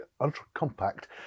ultra-compact